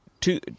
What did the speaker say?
Two